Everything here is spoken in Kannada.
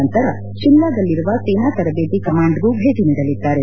ನಂತರ ಶಿಮ್ಲಾದಲ್ಲಿರುವ ಸೇನಾ ತರಬೇತಿ ಕಮಾಂಡ್ಗೂ ಭೇಟಿ ನೀಡಲಿದ್ದಾರೆ